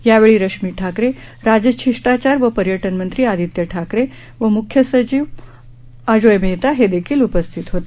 यावेळी रश्मी ठाकरे राजशिष्टाचार व पर्यटन मंत्री आदित्य ठाकरे व मुख्य सचिव अजोय मेहता हे देखील उपस्थित होते